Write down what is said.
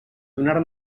donar